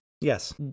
Yes